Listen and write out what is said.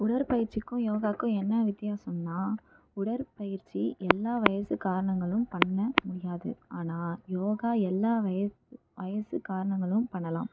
உடற்பயிற்சிக்கும் யோகாவுக்கும் என்ன வித்தியாசம்னால் உடற்பயிற்சி எல்லா வயசுக்காரர்னங்களும் பண்ண முடியாது ஆனால் யோகா எல்லா வய வயசுக்காரர்னங்களும் பண்ணலாம்